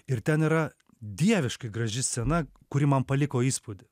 ir ten yra dieviškai graži scena kuri man paliko įspūdį